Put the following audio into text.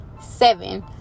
Seven